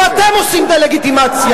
או אתם עושים דה-לגיטימציה